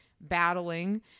battling